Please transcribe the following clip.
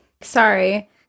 Sorry